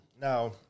Now